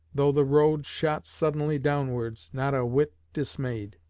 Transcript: though the road shot suddenly downwards, not a whit dismayed.